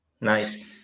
Nice